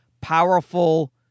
powerful